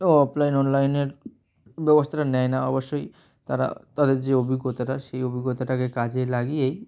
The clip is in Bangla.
ও অফলাইন অনলাইনের ব্যবস্থাটা নেয় না অবশ্যই তারা তাদের যে অভিজ্ঞতাটা সেই অভিজ্ঞতাটাকে কাজে লাগিয়েই